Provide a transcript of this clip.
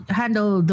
handle